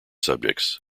subjects